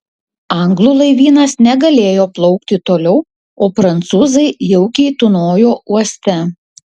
anglų laivynas negalėjo plaukti toliau o prancūzai jaukiai tūnojo uoste